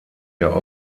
der